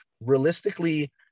realistically